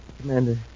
Commander